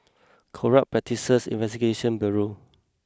Corrupt Practices Investigation Bureau